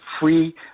free –